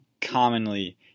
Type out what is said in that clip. commonly